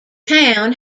town